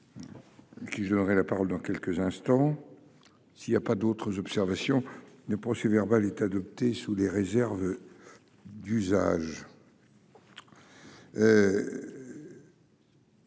qui j'aurai la parole dans quelques instants, s'il y a pas d'autres observations le procès verbal est adopté sous les réserves d'usage.